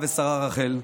ושרה רחל,